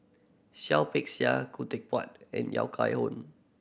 Seah Peck Seah Khoo Teck Puat and Yahya Cohen